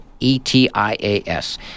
ETIAS